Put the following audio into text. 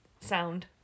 sound